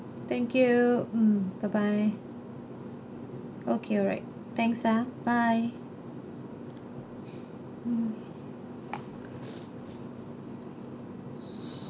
thank you mm bye bye okay alright thanks ah bye mm